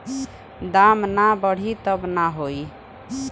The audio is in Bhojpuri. दाम ना बढ़ी तब का होई